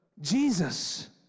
Jesus